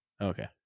Okay